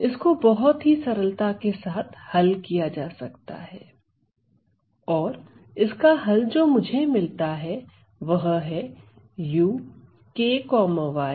इसको बहुत ही सरलता के साथ हल किया जा सकता है और इसका हल जो मुझे मिलता है वह है uk y Fexp